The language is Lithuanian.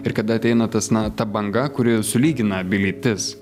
ir kada ateina tas na ta banga kuri sulygina abi lytis